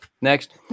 Next